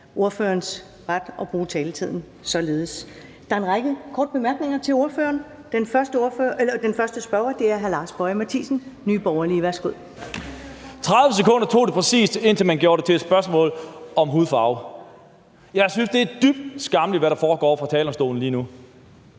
ordførerens ret at bruge taletiden således. Der er en række korte bemærkninger til ordføreren. Den første spørger er hr. Lars Boje Mathiesen, Nye Borgerlige. Værsgo. Kl. 21:57 Lars Boje Mathiesen (NB): 30 sekunder tog det præcis, indtil man gjorde det til et spørgsmål om hudfarve. Jeg synes, det er dybt skammeligt, hvad der foregår fra talerstolen lige nu.